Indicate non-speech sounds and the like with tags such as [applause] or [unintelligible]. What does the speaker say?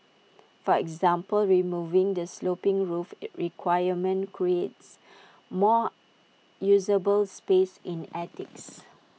for example removing the sloping roof [unintelligible] requirement creates more usable space in attics